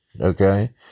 okay